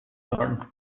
norton